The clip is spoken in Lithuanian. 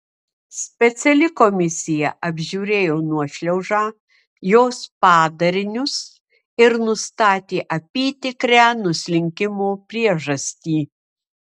speciali komisija apžiūrėjo nuošliaužą jos padarinius ir nustatė apytikrę nuslinkimo priežastį